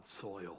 soil